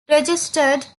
registered